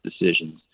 decisions